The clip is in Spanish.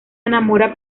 enamora